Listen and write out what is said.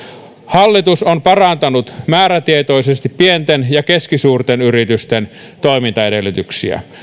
hallitus on parantanut määrätietoisesti pienten ja keskisuuren yritysten toimintaedellytyksiä